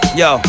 yo